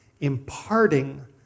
imparting